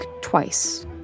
twice